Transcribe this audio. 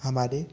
हमारे